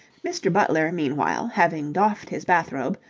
mr. butler, meanwhile, having doffed his bath-robe,